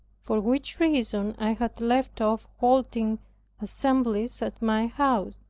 for which reason i had left off holding assemblies at my house,